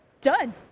Done